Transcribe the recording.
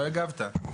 לא הגבת.